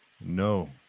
No